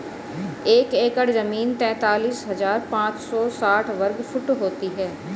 एक एकड़ जमीन तैंतालीस हजार पांच सौ साठ वर्ग फुट होती है